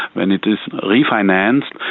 and it is refinanced,